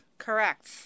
Correct